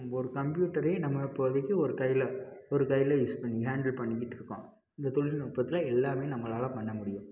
ஒரு கம்ப்யூட்டரை நம்ம இப்போ வைத்து ஒரு கையில் ஒரு கையில் யூஸ் பண்ணி ஹேண்டில் பண்ணிவிட்டு இருக்கோம் இந்த தொழில்நுட்பத்துல எல்லாமே நம்மளால் பண்ண முடியும்